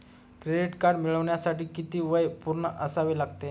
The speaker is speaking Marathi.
क्रेडिट कार्ड मिळवण्यासाठी किती वय पूर्ण असावे लागते?